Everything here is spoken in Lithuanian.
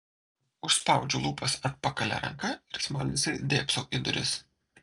užspaudžiu lūpas atpakalia ranka ir smalsiai dėbsau į duris